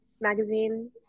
magazine